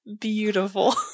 Beautiful